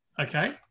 Okay